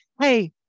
hey